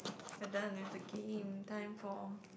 we're done with the game time for